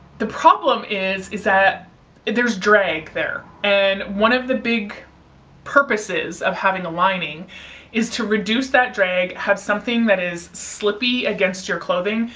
the problem is, is that there's drag there. and one of the purposes of having a lining is to reduce that drag, have something that is slippy against your clothing,